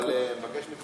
אני אשמח שיקראו לי.